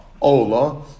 Ola